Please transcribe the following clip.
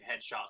headshots